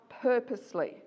purposely